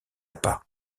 pas